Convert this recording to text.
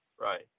Right